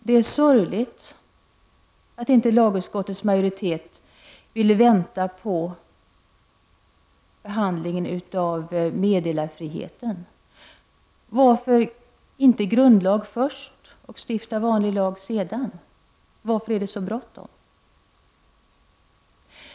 Det är sorgligt att lagutskottets majoritet inte ville vänta på behandlingen av frågan om meddelarfrihet. Varför stiftar man inte grundlag först och vanlig lag sedan? Varför är det så bråttom?